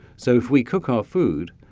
so if we cook our food,